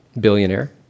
Billionaire